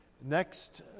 next